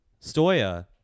Stoya